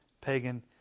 pagan